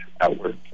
outward